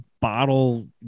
bottle